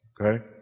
okay